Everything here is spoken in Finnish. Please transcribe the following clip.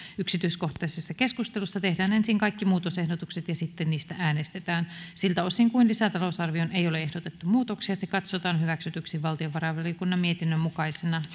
yksityiskohtaisessa keskustelussa tehdään ensin kaikki muutosehdotukset ja sitten niistä äänestetään siltä osin kuin lisätalousarvioon ei ole ehdotettu muutoksia se katsotaan hyväksytyksi valtiovarainvaliokunnan mietinnön mukaisena